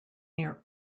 near